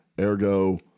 Ergo